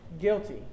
Guilty